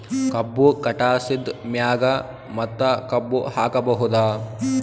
ಕಬ್ಬು ಕಟಾಸಿದ್ ಮ್ಯಾಗ ಮತ್ತ ಕಬ್ಬು ಹಾಕಬಹುದಾ?